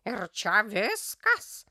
ir čia viskas